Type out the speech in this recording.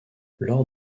lors